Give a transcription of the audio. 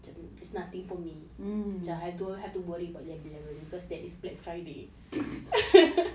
macam it's nothing for me um macam I don't have to worry about eleven eleven because there is black friday